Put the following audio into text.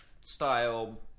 style